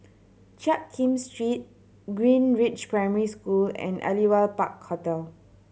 Jiak Kim Street Greenridge Primary School and Aliwal Park Hotel